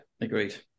agreed